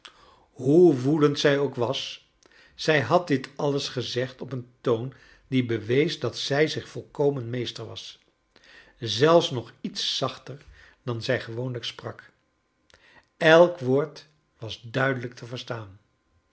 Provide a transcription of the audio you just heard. hoe woedend zij ook was zij had dit alles gezegd op een toon die bewees dat zij zicb volkomen meester was zelfs nog iets zachter dan zij gewoonlijk sprak elk woord was duidelijk te verstaan